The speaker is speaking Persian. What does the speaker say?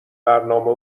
برنامه